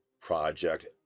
project